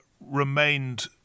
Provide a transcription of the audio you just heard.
remained